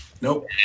Nope